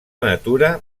natura